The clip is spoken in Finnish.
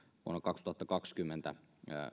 vuonna kaksituhattakaksikymmentä